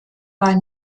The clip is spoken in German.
war